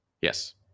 Yes